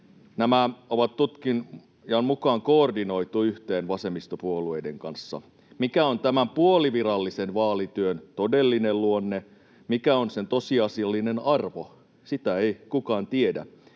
Nämä on tutkijan mukaan koordinoitu yhteen vasemmistopuolueiden kanssa. Mikä on tämän puolivirallisen vaalityön todellinen luonne, mikä on sen tosiasiallinen arvo, sitä ei kukaan tiedä.